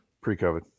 Pre-COVID